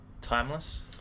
timeless